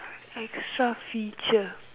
extra feature